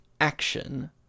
action